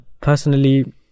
Personally